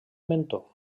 mentó